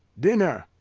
dinner,